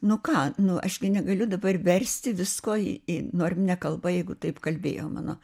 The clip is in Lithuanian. nu ką nu aš gi negaliu dabar versti visko į norminę kalbą jeigu taip kalbėjo mano